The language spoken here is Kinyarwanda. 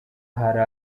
hari